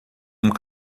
algum